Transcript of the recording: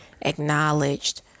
acknowledged